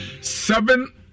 seven